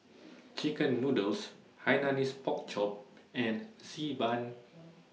Chicken Noodles Hainanese Pork Chop and Xi Ban